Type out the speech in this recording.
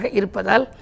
irpadal